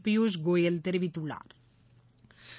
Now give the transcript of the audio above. பியூஷ் கோயல் தெரிவித்துள்ளாா்